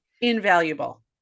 Invaluable